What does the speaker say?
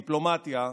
דיפלומטיה,